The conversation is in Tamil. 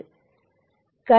இப்போது என்ன நடக்கிறது